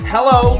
Hello